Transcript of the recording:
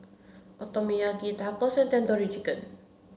Okonomiyaki Tacos and Tandoori Chicken